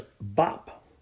bop